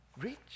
rich